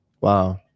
Wow